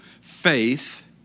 faith